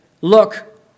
look